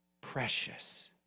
Precious